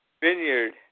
vineyard